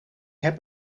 heb